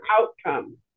outcome